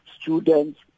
students